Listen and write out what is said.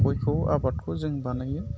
गयखौ आबादखौ जों बानायो